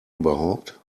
überhaupt